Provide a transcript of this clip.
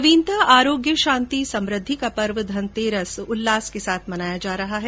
नवीनता आरोग्य शांति समृद्धि का पर्व धनतेरस प्रदेशभर में उल्लास के साथ मनाया जा रहा है